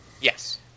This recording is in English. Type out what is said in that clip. Yes